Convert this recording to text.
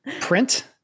Print